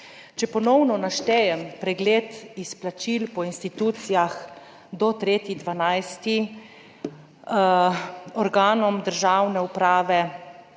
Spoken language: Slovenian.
Če ponovno naštejem pregled izplačil po institucijah do 3. 12. organom državne uprave